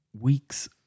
week's